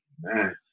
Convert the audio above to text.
man